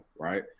right